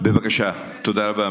תודה רבה,